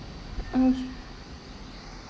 mm